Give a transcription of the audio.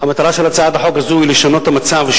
המטרה של הצעת החוק הזו היא לשנות את המצב,